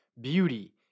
beauty